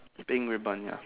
pink ribbon ya